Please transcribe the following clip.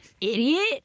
idiot